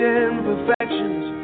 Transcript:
imperfections